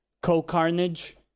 co-carnage